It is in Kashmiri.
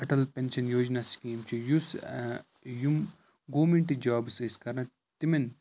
اَٹل پٮ۪نشَن یوجنا سِکیٖم چھِ یُس یِم گورمٮ۪نٛٹ جابٕس ٲسۍ کَران تِمَن